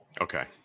Okay